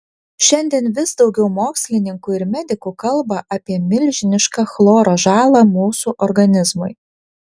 šiandien vis daugiau mokslininkų ir medikų kalba apie milžinišką chloro žalą mūsų organizmui